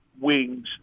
wings